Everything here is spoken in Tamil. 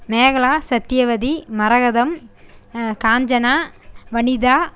மேகலா சத்தியவதி மரகதம் காஞ்சனா வனிதா